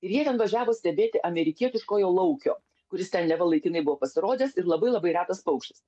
ir jie ten važiavo stebėti amerikietiškojo laukio kuris ten neva laikinai buvo pasirodęs ir labai labai retas paukštis